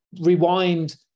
rewind